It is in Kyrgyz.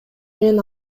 менен